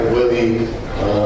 Willie